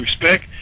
respect